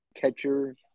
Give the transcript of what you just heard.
catcher